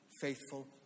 faithful